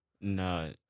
No